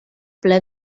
ple